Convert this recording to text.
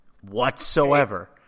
whatsoever